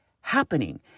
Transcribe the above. happening